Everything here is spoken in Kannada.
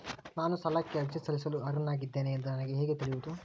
ನಾನು ಸಾಲಕ್ಕೆ ಅರ್ಜಿ ಸಲ್ಲಿಸಲು ಅರ್ಹನಾಗಿದ್ದೇನೆ ಎಂದು ನನಗೆ ಹೇಗೆ ತಿಳಿಯುವುದು?